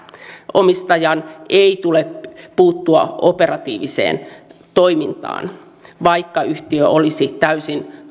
omistajan ei tule puuttua operatiiviseen toimintaan vaikka yhtiö olisi täysin